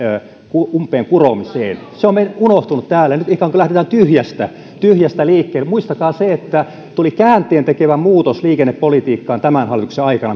umpeenkuromiseen se on unohtunut täällä ja nyt ikään kuin lähdetään tyhjästä tyhjästä liikkeelle muistakaa se että tuli käänteentekevä muutos liikennepolitiikkaan tämän hallituksen aikana